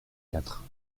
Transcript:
quatre